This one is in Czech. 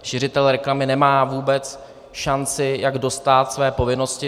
Šiřitel reklamy nemá vůbec šanci, jak dostát své povinnosti.